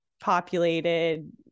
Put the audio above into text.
populated